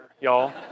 y'all